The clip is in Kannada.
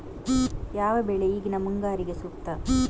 ಯಾವ ಬೆಳೆ ಈಗಿನ ಮುಂಗಾರಿಗೆ ಸೂಕ್ತ?